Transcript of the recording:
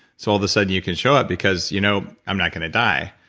so, all of a sudden you can show up because you know, i'm not going to die.